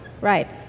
Right